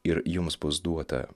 ir jums bus duota